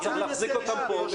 צריך להחזיק אותם פה.